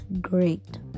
great